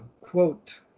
quote